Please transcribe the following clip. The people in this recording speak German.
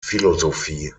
philosophie